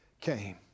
came